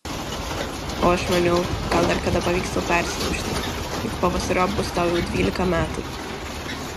o aš maniau gal dar kada pavyks tau persilaužti juk pavasariop bus tau jau dvylika metų